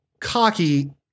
cocky